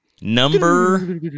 number